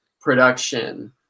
production